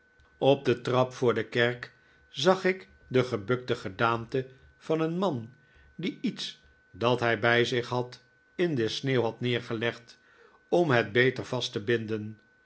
op de trap voor de kerk zag ik de gebukte gedaante van een man die iets dat hij bij zich had in de sneeuw had neergelegd om het beter vast te binden